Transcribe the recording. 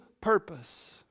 purpose